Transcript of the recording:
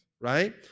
right